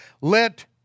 let